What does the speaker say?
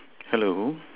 hello